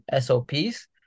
SOPs